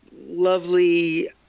lovely